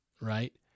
right